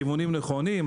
הכיוונים נכונים.